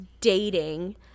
dating